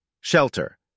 Shelter